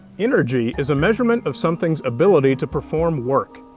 energy is a measurement of something's ability to perform work.